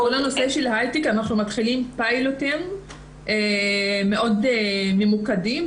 בכל נושא ההייטק אנחנו מתחילים פיילוטים מאוד ממוקדים.